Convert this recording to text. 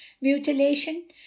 mutilation